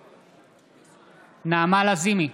נגד נעמה לזימי,